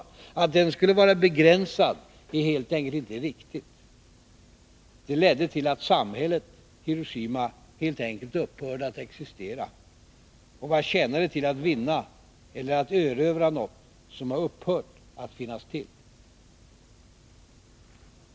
Att den skulle vara ”begränsad” är helt enkelt inte riktigt. Den ledde till att samhället Hiroshima helt enkelt upphörde att existera. Och vad tjänar det till att vinna eller erövra något som har upphört att finnas till?